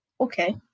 Okay